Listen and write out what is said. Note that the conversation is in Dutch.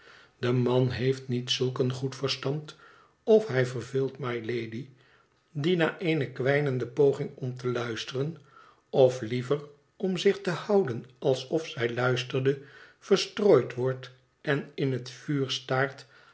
de man heeft niet zulk een goed verstand of hij verveelt mylady die na eene kwijnende poging om te luisteren of liever om zich te houden alsof zij luisterde verstrooid wordt en in het vuur staart